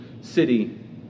city